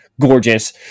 gorgeous